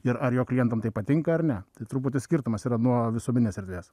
ir ar jo klientam tai patinka ar ne truputį skirtumas yra nuo visuomeninės erdves